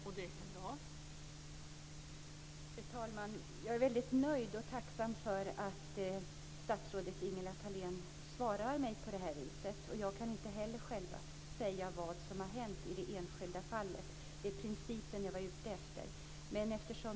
Fru talman! Jag är väldigt nöjd och tacksam över att statsrådet Ingela Thalén svarar mig på det här viset. Jag kan inte heller själv säga vad som har hänt i det enskilda fallet. Det är principen jag är ute efter.